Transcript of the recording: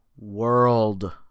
world